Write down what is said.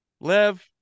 Lev